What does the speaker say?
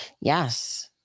yes